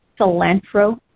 cilantro